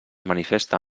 manifesta